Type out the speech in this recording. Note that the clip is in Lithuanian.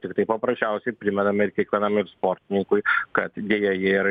tiktai paprasčiausiai primename ir kiekvienam ir sportininkui kad deja jie yra